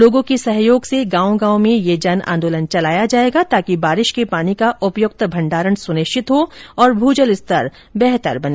लोगों के सहयोग से गांव गांव में यह जन आंदोलन चलाया जायेगा ताकि बारिश के पानी का उपयुक्त भंडारण सुनिश्चित हो और भूजल स्तर बेहतर बने